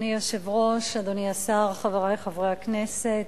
אדוני היושב-ראש, אדוני השר, חברי חברי הכנסת,